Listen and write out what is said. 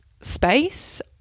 space